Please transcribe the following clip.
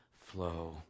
flow